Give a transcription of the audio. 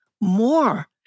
more